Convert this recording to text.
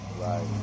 Right